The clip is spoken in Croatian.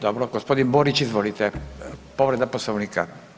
Dobro, gospodin Borić, izvolite povreda Poslovnika.